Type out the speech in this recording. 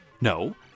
No